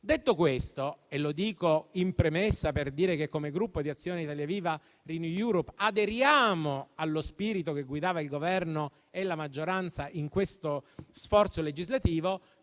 Detto questo in premessa, per dire che, come Gruppo Azione-ItaliaViva-RenewEurope, aderiamo allo spirito che guidava il Governo e la maggioranza in questo sforzo legislativo,